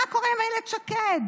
מה קורה עם אילת שקד?